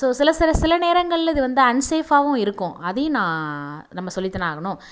so சில சில சில நேரங்களில் இது வந்து அன்ஸேஃபாகவும் இருக்கும் அதையும் நான் நம்ம சொல்லித்தானே ஆகணும்